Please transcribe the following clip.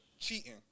Cheating